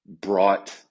brought